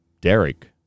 Derek